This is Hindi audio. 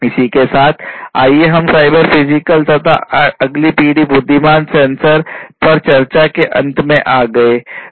इसी के साथ आइए हम साइबर फिजिकल सिस्टम तथा अगली पीढ़ी बुद्धिमान सेंसर पर चर्चा के अंत में आ गए हैं